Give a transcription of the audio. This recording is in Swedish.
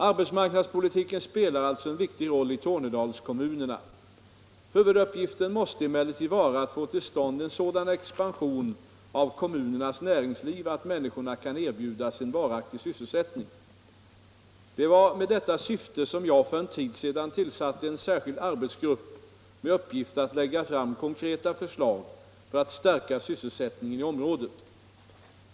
Arbetsmarknadspolitiken spelar alltså en viktig roll i Tornedalskommunerna. Huvuduppgiften måste emellertid vara att få till stånd en sådan expansion av kommunernas näringsliv att människorna kan erbjudas en varaktig sysselsättning. Det var med detta syfte som jag för en tid sedan tillsatte en särskild arbetsgrupp med uppgift att lägga fram konkreta förslag för att stärka sysselsättningen i området.